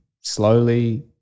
slowly